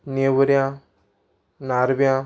नेवऱ्ऱ्यां नारव्यां